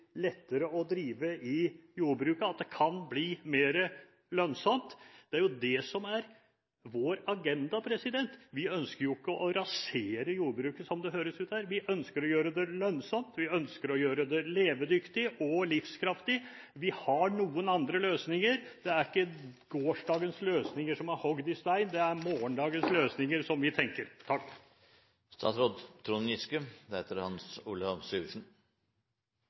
lettere å drive i jordbruket, og at det kan bli mer lønnsomt. Det er det som er vår agenda. Vi ønsker jo ikke å rasere jordbruket, som det høres ut som, vi ønsker å gjøre det lønnsomt, vi ønsker å gjøre det levedyktig og livskraftig. Vi har noen andre løsninger. Det er ikke gårsdagens løsninger som er hogd i stein, det er morgendagens løsninger som vi tenker.